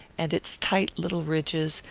and its tight little ridges,